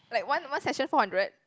like one one session four hundred